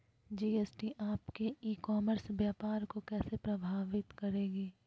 GST आपके e commerce व्यापार को कैसे प्रभावित करेगी?